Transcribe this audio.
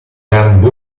grande